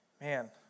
Man